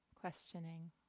questioning